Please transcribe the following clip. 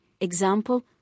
example